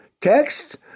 text